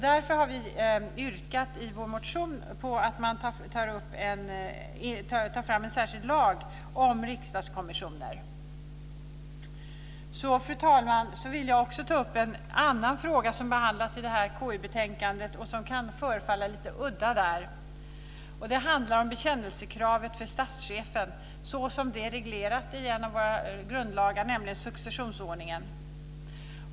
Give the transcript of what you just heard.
Därför har vi i vår motion yrkat på att man tar fram en särskild lag om riksdagskommissioner. Fru talman! Jag vill också ta upp en annan fråga som behandlas i detta KU-betänkande och som kan förefalla lite udda där. Det handlar om bekännelsekravet för statschefen såsom det är reglerat i en av våra grundlagar, nämligen successionsordningen.